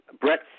Brett